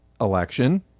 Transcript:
election